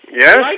Yes